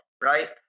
right